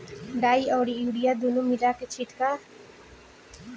डाई अउरी यूरिया दूनो मिला के छिटला से गेंहू के फसल निमन होखेला